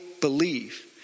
believe